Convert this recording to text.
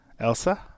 Elsa